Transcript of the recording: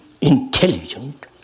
intelligent